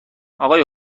آقای